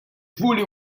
fully